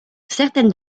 certaines